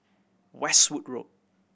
Westwood Road